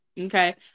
okay